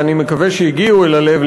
ואני מקווה שהגיעו אל הלב,